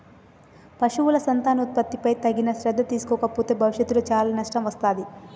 పశువుల సంతానోత్పత్తిపై తగిన శ్రద్ధ తీసుకోకపోతే భవిష్యత్తులో చాలా నష్టం వత్తాది